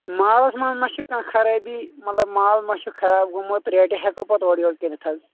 مالس منٛز نہ چھُ کانہہ خرٲبی مطلب مال نہ چھُ خراب گوٚمُت ریٹ ہیٚکو پتہٕ اورٕ یور کٔرتھ حظ